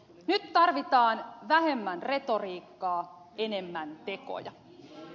nyt tarvitaan vähemmän retoriikkaa enemmän tekoja